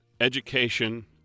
education